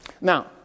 Now